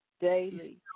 Daily